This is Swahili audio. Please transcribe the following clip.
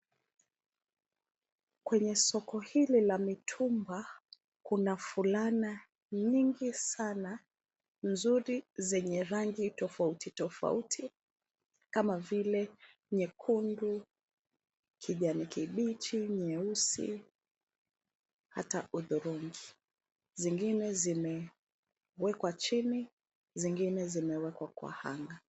Kwenye soko hili la mitumba, kuna fulana nyingi sana, nzuri zenye rangi tofauti tofauti kama vile nyekundu, kijani kibichi, nyeusi hata hudhurungi. Zingine zimewekwa chini, zingine zimewekwa kwa hanger .